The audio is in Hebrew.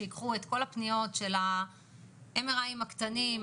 שייקחו את כל הפניות של ה-MRI הקטנים,